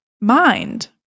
mind